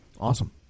Awesome